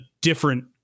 different